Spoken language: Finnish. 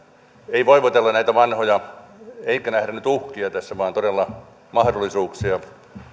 ei voivotella näitä vanhoja eikä nähdä nyt uhkia tässä vaan todella mahdollisuuksia